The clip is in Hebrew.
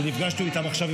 שנפגשנו איתם עכשיו,